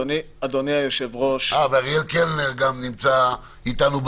גם אריאל קלנר נמצא איתנו בזום.